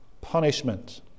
punishment